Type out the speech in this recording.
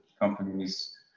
companies